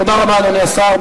תודה רבה, אדוני השר.